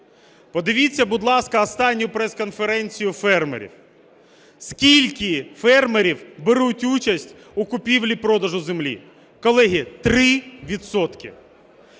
Подивіться, будь ласка, останню пресконференцію фермерів. Скільки фермерів беруть участь у купівлі-продажу землі? Колеги, 3